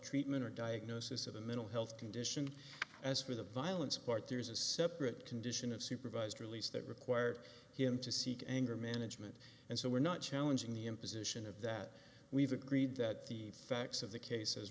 treatment or diagnosis of a mental health condition as for the violence part there is a separate condition of supervised release that required him to seek anger management and so we're not challenging the imposition of that we've agreed that the facts of the case